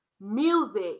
music